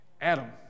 Adam